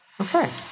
Okay